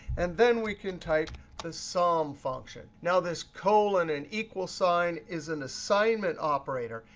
and then we can type the sum function. now, this colon and equal sign is an assignment operator.